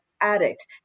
addict